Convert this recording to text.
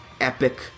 epic